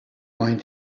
going